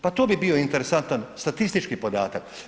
Pa to bi bio interesantan statistički podatak.